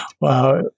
Wow